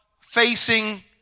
facing